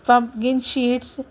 pumpkin seeds